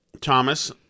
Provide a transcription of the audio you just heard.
Thomas